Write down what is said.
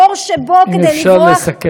בור שבו, כדי לברוח, אם אפשר, לסכם.